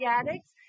addicts